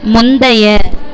முந்தைய